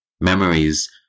Memories